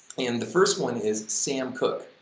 and the first one is sam cooke.